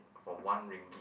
for one ringgit